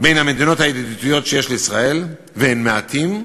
בין המדינות הידידותיות שיש לישראל, והן מעטות,